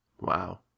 Wow